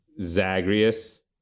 Zagreus